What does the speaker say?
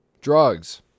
drugs